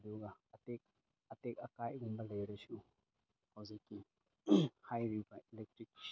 ꯑꯗꯨꯒ ꯑꯇꯦꯛ ꯑꯀꯥꯏꯒꯨꯝꯕ ꯂꯩꯔꯁꯨ ꯍꯧꯖꯤꯛꯀꯤ ꯍꯥꯏꯔꯤꯕ ꯏꯂꯦꯛꯇ꯭ꯔꯤꯛ